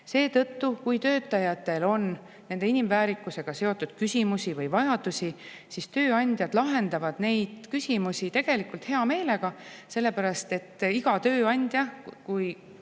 Seetõttu, kui töötajatel on nende inimväärikusega seotud küsimusi või vajadusi, siis tööandjad lahendavad neid küsimusi tegelikult hea meelega. Teist väga paljud